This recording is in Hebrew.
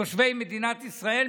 תושבי מדינת ישראל,